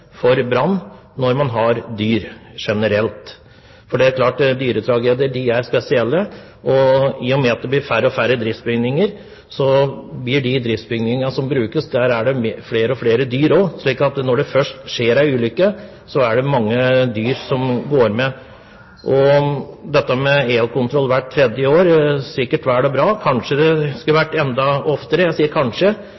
for brann, for dyretragedier er spesielle. I og med at det blir færre og færre driftsbygninger, så vil de driftsbygningene som brukes, ha flere og flere dyr, slik at når det først skjer en ulykke, er det mange dyr som går med. Når det gjelder elkontroll hvert tredje år, er det sikkert vel og bra. Kanskje det skulle